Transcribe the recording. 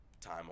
time